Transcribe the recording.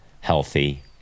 healthy